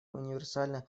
универсально